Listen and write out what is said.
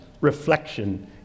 reflection